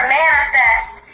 manifest